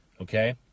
okay